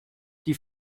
die